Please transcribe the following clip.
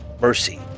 mercy